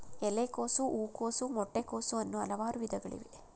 ಎಲೆಕೋಸು, ಹೂಕೋಸು, ಮೊಟ್ಟೆ ಕೋಸು, ಅನ್ನೂ ಹಲವಾರು ವಿಧಗಳಿವೆ